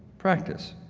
practice,